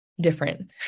different